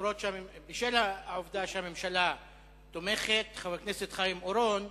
מכיוון שהממשלה תומכת, חבר הכנסת חיים אורון,